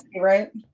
right?